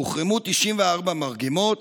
הוחרמו 94 מרגמות,